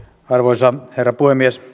arvoisa herra puhemies